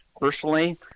Personally